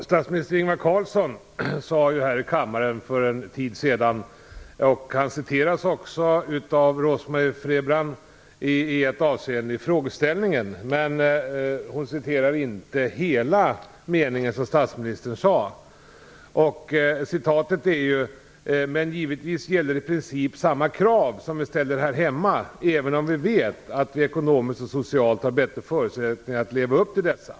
Fru talman! I sin fråga citerade Rose-Marie Frebran vad statsminister Ingvar Carlsson sade här i kammaren för en tid sedan. Men hon tog en mening av statsministern ur sitt sammanhang. Hennes citat löd: "Men givetvis gäller i princip samma krav som vi ställer här hemma, även om vi vet att vi ekonomiskt och socialt har bättre förutsättningar att leva upp till dessa."